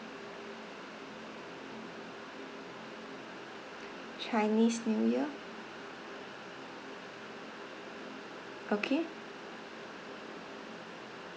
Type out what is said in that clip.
chinese new year okay